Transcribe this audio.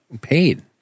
paid